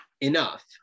enough